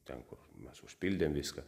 ten kur mes užpildėm viską